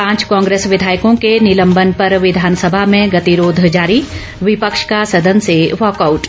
पांच कांग्रेस विधायकों के निलंबन पर विधानसभा में गतिरोध जारी विपक्ष का सदन से वॉकआउट